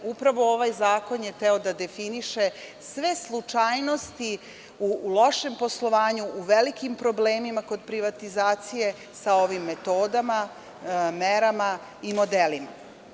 Upravo je ovaj zakon hteo da definiše sve slučajnosti u lošem poslovanju, u velikim problemima kod privatizacije, sa ovim metodama, merama i modelima.